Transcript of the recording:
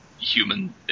human